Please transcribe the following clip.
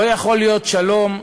לא יכול להיות שלום,